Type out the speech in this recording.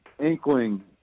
inkling